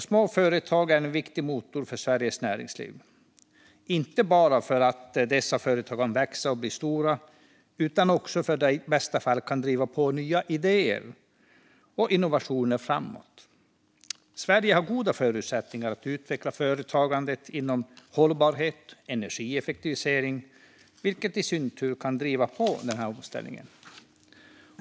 Små företag är en viktig motor för Sveriges näringsliv, inte bara för att dessa företag kan växa och bli stora utan också för att de i bästa fall kan driva på nya idéer och innovationer framåt. Sverige har goda förutsättningar att utveckla företagandet inom hållbarhet och energieffektivisering, vilket i sin tur kan driva på den här omställningen.